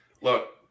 Look